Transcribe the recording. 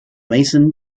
macon